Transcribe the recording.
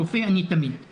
רופא אני תמיד.